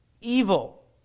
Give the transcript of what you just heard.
evil